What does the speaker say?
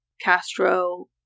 Castro